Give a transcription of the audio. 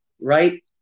right